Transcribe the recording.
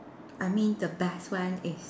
I mean the best one is